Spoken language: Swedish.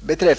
besked.